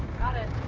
got it.